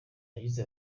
yagize